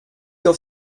auf